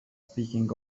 speaking